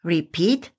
Repeat